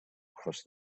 across